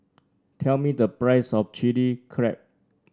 tell me the price of Chilli Crab